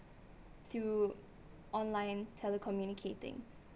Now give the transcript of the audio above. through online telecommunicating